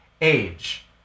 age